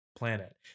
Planet